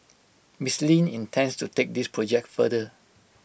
Mister Lin intends to take this project further